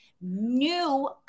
new